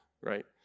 right